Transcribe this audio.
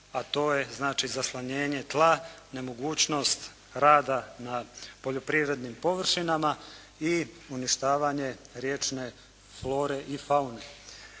a to je znači zaslanjenje tla, nemogućnost rada na poljoprivrednim površinama i uništavanje riječne flore i faune.